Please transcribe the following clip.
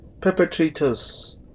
perpetrators